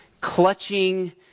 clutching